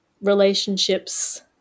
relationships